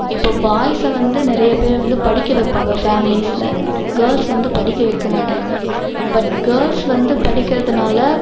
இப்போ பாய்ஸை வந்து நிறையா பேர் வந்து படிக்க வைப்பாங்க ஃபேம்லிஸில் கேள்ஸை வந்து படிக்க வைக்கமாட்டாங்க பட் கேள்ஸ் வந்து படிக்கிறதினால